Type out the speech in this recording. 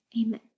Amen